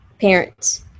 parents